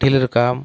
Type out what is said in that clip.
teller काम